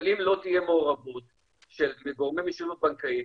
אבל אם לא תהיה מעורבות של גורמי משילות בנקאית,